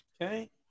Okay